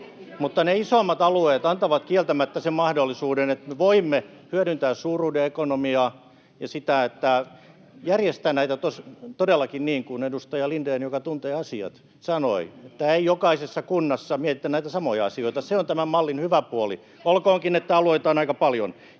Mutta ne isommat alueet antavat kieltämättä sen mahdollisuuden, että me voimme hyödyntää suuruuden ekonomiaa ja järjestää näitä todellakin niin kuin edustaja Lindén, joka tuntee asiat, sanoi. Että ei jokaisessa kunnassa mietitä näitä samoja asioita, se on tämän mallin hyvä puoli, [Annika Saarikon välihuuto] olkoonkin, että alueita on aika paljon.